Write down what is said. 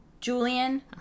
Julian